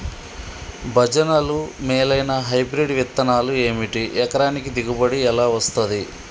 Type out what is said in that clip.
భజనలు మేలైనా హైబ్రిడ్ విత్తనాలు ఏమిటి? ఎకరానికి దిగుబడి ఎలా వస్తది?